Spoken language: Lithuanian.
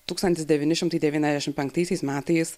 tūkstantis devyni šimtai devyniasdešim penktaisiais metais